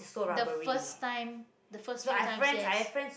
the first time the first few times yes